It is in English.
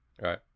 Right